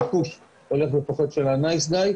ביקוש הולך ופוחת של ה"נייס גאי".